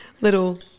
little